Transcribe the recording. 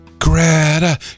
Greta